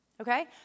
okay